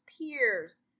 peers